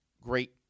great